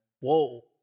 Whoa